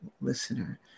listener